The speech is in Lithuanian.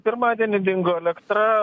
pirmadienį dingo elektra